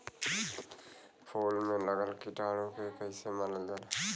फूल में लगल कीटाणु के कैसे मारल जाला?